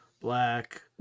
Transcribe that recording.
black